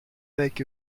avec